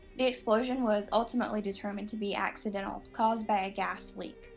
the explosion was ultimately determined to be accidental, caused by a gas leak.